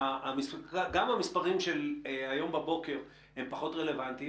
גם המספרים של היום בבוקר, הם פחות רלבנטיים.